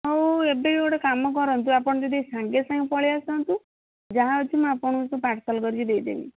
ହଉ ଏବେ ଗୋଟେ କାମ କରନ୍ତୁ ଆପଣ ଯଦି ସାଙ୍ଗେ ସାଙ୍ଗେ ପଳାଇ ଆସନ୍ତୁ ଯାହାଅଛି ମୁଁ ଆପଣଙ୍କୁ ପାର୍ସଲ୍ କରିକି ଦେଇଦେବି